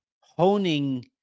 honing